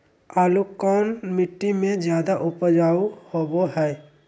आलू कौन मिट्टी में जादा ऊपज होबो हाय?